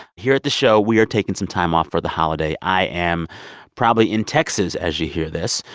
here at the show, we are taking some time off for the holiday. i am probably in texas as you hear this,